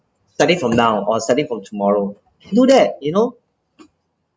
starting from now or starting from tomorrow do that you know